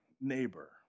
neighbor